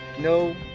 No